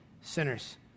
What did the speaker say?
Sinners